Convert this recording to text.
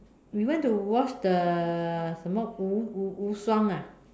we went to watch the 什么无无无双 ah